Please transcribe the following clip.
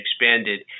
expanded